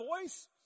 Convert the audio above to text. voice